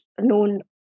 known